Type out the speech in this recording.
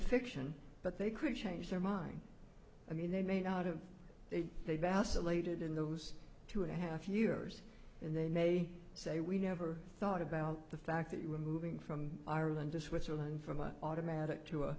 fiction but they could change their mind i mean they may not have they they vacillated in those two and a half years and they may say we never thought about the fact that we were moving from ireland to switzerland from an automatic to